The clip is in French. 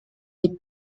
est